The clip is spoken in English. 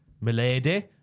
Milady